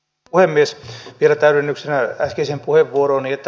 vielä täydennyksenä äskeiseen puheenvuorooni